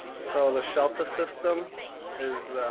so the shelter system is